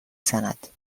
زند